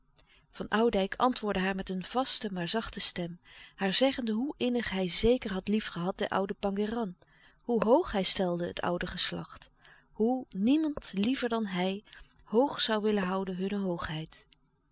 van oudijck antwoordde haar met een vaste maar zachte stem haar zeggende hoe innig hij zeker had liefgehad den ouden pangéran hoe hoog hij louis couperus de stille kracht stelde het oude geslacht hoe niemand liever dan hij hoog zoû willen houden hunne hoogheid